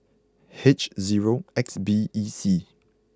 H zero X B E C